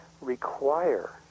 require